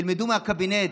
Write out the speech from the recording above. תלמדו מהקבינט.